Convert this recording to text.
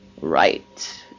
right